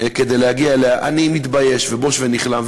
כדי להגיע אליה, אני מתבייש, בוש ונכלם.